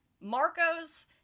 marco's